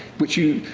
which, you,